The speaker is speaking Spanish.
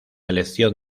elección